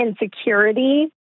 insecurity